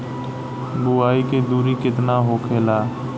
बुआई के दूरी केतना होखेला?